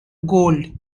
gold